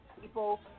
people